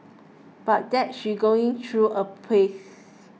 but that she's going through a phase